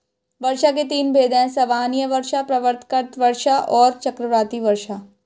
वर्षा के तीन भेद हैं संवहनीय वर्षा, पर्वतकृत वर्षा और चक्रवाती वर्षा